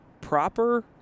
proper